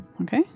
Okay